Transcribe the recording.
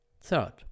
Third